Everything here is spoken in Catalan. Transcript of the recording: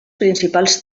principals